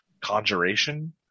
conjuration